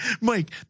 Mike